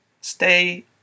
stay